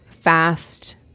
fast